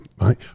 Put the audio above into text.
right